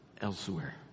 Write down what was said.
elsewhere